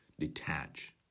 detach